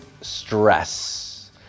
stress